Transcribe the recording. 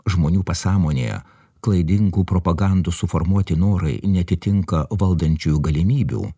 žmonių pasąmonėje klaidingų propagandos suformuoti norai neatitinka valdančiųjų galimybių